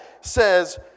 says